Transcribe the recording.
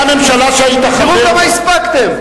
תראו כמה הספקתם.